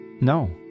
No